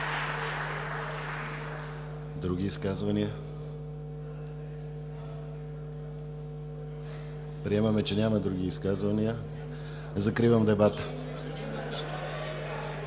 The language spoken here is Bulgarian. Други изказвания? Приемаме, че няма други изказвания. Закривам дебата.